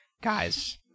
guys